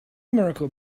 miracle